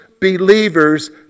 believers